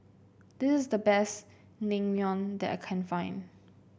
this is the best Naengmyeon that I can find